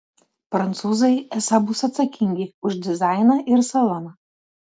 prancūzai esą bus atsakingi už dizainą ir saloną